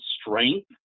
strength